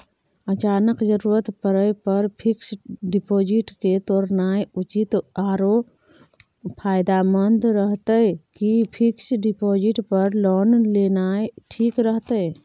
अचानक जरूरत परै पर फीक्स डिपॉजिट के तोरनाय उचित आरो फायदामंद रहतै कि फिक्स डिपॉजिट पर लोन लेनाय ठीक रहतै?